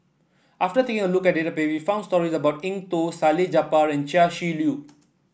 after taking a look at the baby found story about Eng Tow Salleh Japar and Chia Shi Lu